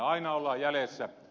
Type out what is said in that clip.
aina ollaan jäljessä